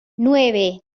nueve